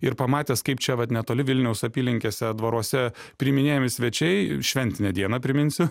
ir pamatęs kaip čia vat netoli vilniaus apylinkėse dvaruose priiminėjami svečiai šventinę dieną priminsiu